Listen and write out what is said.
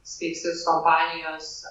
speis iks kompanijos